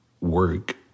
work